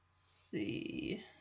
see